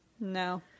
no